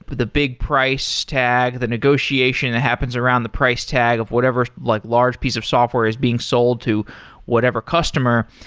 but the big price tag, the negotiation that happens around the price tag of whatever like large piece of software is being sold to whatever customer,